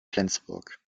flensburg